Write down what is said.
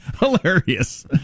hilarious